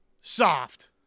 soft